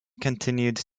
continued